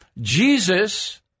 Jesus